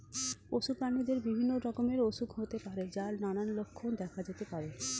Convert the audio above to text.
পশু প্রাণীদের বিভিন্ন রকমের অসুখ হতে পারে যার নানান লক্ষণ দেখা যেতে পারে